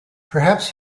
perhaps